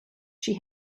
she